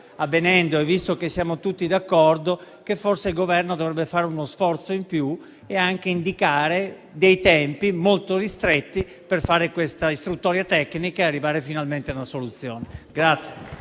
avvenendo e visto che siamo tutti d'accordo, forse il Governo dovrebbe fare uno sforzo in più e anche indicare tempi molto ristretti per fare questa istruttoria tecnica e arrivare finalmente a una soluzione.